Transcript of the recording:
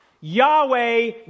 Yahweh